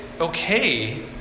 okay